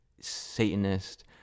Satanist